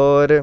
होर